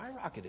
skyrocketed